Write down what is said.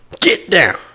Get-down